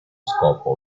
scopo